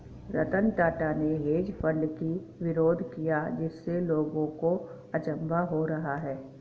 रतन टाटा ने hedge fund की विरोध किया जिससे लोगों को अचंभा हो रहा है